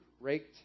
raked